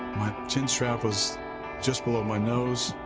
my chinstrap was just below my nose,